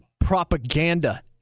propaganda